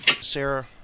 Sarah